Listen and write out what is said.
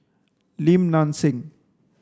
Lim Nang Seng